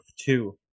two